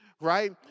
right